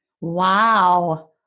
Wow